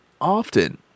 often